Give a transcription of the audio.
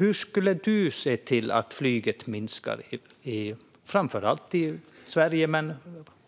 Hur skulle du se till att flyget minskar, framför allt i Sverige men